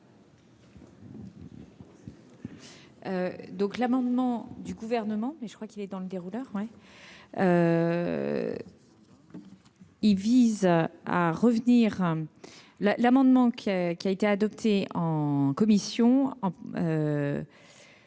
Donc l'amendement du gouvernement mais je crois qu'il est dans le dérouleur oui. Il vise à revenir là l'amendement qui qui a été adopté en commission.